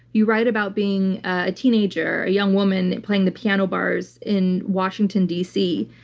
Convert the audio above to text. you write about being a teenager, a young woman and playing the piano bars in washington d. c.